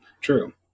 True